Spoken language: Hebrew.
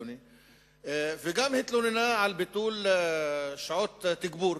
וגם התלוננה על ביטול שעות תגבור,